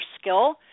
skill